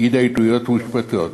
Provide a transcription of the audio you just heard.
התדיינויות משפטיות.